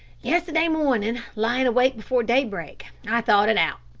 yesterday morning, lying awake before daybreak, i thought it out.